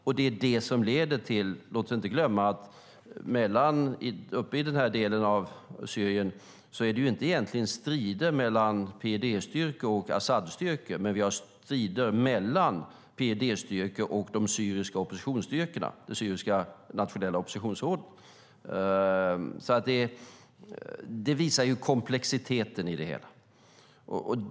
Låt oss inte glömma att i den delen av Syrien är det egentligen inte strider mellan PYD-styrkor och al-Asad-styrkor. Men vi har strider mellan PYD-styrkor och de syriska oppositionsstyrkorna som företräds av det syriska nationella oppositionsrådet. Det visar komplexiteten i det hela.